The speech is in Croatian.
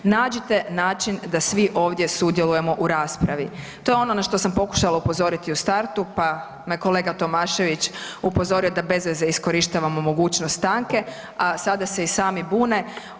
Nađite način da svi ovdje sudjelujemo ovdje u raspravi, to je ono na što sam pokušala upozoriti u startu pa me kolega Tomašević upozorio da bez veze iskorištavamo mogućnost stanke, a sada se i sami bune.